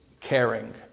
caring